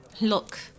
Look